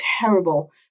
terrible